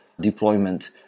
deployment